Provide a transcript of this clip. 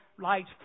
lights